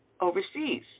overseas